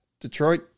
Detroit